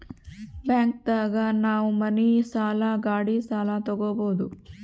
bank ದಾಗ ನಾವ್ ಮನಿ ಸಾಲ ಗಾಡಿ ಸಾಲ ತಗೊಬೋದು